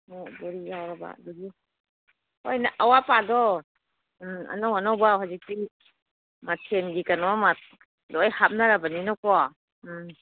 ꯕꯣꯔꯤ ꯌꯥꯎꯔꯕ ꯑꯗꯒꯤ ꯍꯣꯏꯅ ꯑꯋꯥꯠ ꯑꯄꯥꯗꯣ ꯎꯝ ꯑꯅꯧ ꯑꯟꯧꯕ ꯍꯧꯖꯤꯛꯇꯤ ꯃꯊꯦꯜꯒꯤ ꯀꯩꯅꯣ ꯑꯃ ꯂꯣꯏ ꯍꯥꯞꯅꯔꯕꯅꯤꯅ ꯀꯣ ꯎꯝ